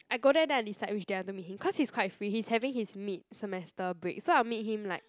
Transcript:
I go there then I decide which day I want to meet him cause he's quite free he's having his mid semester break so I'll meet him like